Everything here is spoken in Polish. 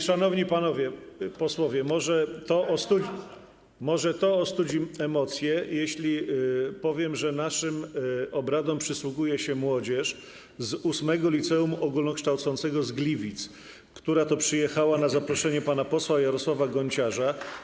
Szanowni panowie posłowie, może to ostudzi emocje, jeśli powiem, że naszym obradom przysłuchuje się młodzież z VIII Liceum Ogólnokształcącego z Gliwic, która przyjechała na zaproszenie pana posła Jarosława Gonciarza.